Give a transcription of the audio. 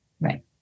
Right